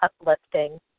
uplifting